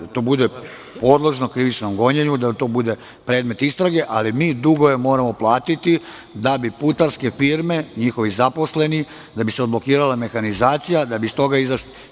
To treba da bude podložno krivičnom gonjenju, da bude predmet istrage, ali mi dugove moramo platiti da bi putarske firme i njihovi zaposleni, da bi se odblokirala mehanizacija, da bi iz toga izašli.